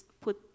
put